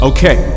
Okay